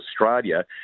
Australia